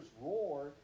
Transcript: roar